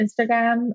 Instagram